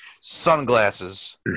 Sunglasses